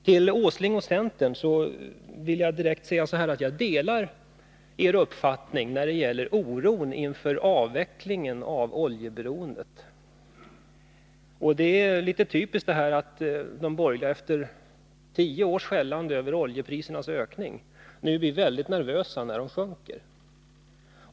Till Nils Åsling och centern vill jag direkt säga att jag delar er uppfattning när det gäller oron inför avvecklingen av oljeberoendet. Det är litet typiskt att de borgerliga efter tio års skällande över oljeprisernas ökning nu blir väldigt nervösa när dessa sjunker.